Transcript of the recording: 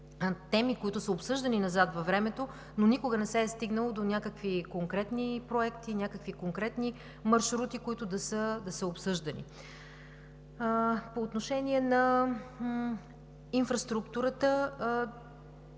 теми, които са обсъждани назад във времето, но никога не се е стигнало до някакви конкретни проекти, някакви конкретни маршрути, които да са обсъждани. По отношение на инфраструктурата